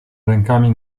rękami